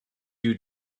you